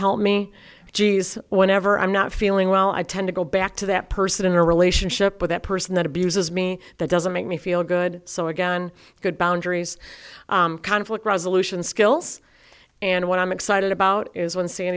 help me geez whenever i'm not feeling well i tend to go back to that person in a relationship with that person that abuses me that doesn't make me feel good so again good boundaries conflict resolution skills and what i'm excited about is when